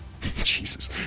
Jesus